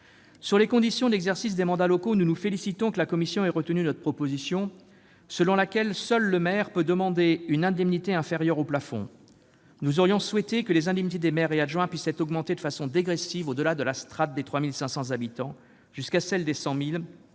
des conditions d'exercice des mandats locaux, nous nous félicitons que la commission ait retenu notre proposition selon laquelle seul le maire peut demander une indemnité inférieure au plafond. Nous aurions souhaité que les indemnités des maires et des adjoints puissent être augmentées de façon dégressive, au-delà de 3 500 habitants jusqu'à 100 000 habitants,